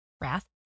wrath